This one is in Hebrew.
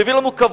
זה הביא לנו כבוד